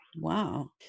Wow